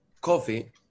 coffee